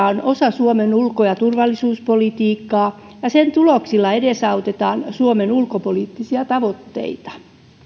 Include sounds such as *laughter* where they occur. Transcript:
*unintelligible* on osa suomen ulko ja turvallisuuspolitiikkaa ja sen tuloksilla edesautetaan suomen ulkopoliittisia tavoitteita